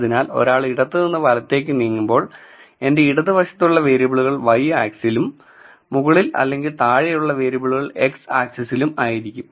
അതിനാൽ ഒരാൾ ഇടത്തുനിന്ന് വലത്തേക്ക് നീങ്ങുമ്പോൾ എന്റെ ഇടതുവശത്തുള്ള വേരിയബിളുകൾ y ആക്സിസിലും മുകളിൽ അല്ലെങ്കിൽ താഴെയുള്ള വേരിയബിളുകൾ x ആക്സിസിലും ആയിരിക്കും